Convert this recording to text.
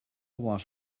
was